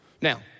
Now